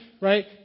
right